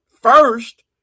First